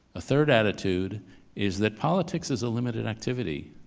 a third attitude is that politics is a limited activity.